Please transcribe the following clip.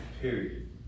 Period